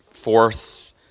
fourth